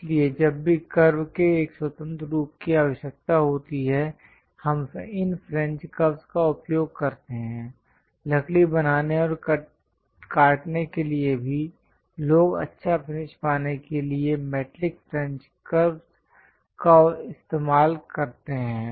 इसलिए जब भी कर्व के एक स्वतंत्र रूप की आवश्यकता होती है हम इन फ्रेंच कर्वस् का उपयोग करते हैं लकड़ी बनाने और काटने के लिए भी लोग अच्छा फिनिश पाने के लिए metallic French curves French curves का इस्तेमाल करते हैं